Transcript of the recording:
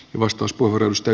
herra puhemies